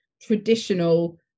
traditional